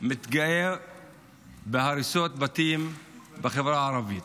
מתגאה בהריסות בתים בחברה הערבית.